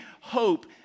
hope